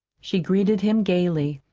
she greeted him gayly.